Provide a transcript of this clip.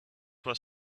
was